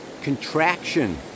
contraction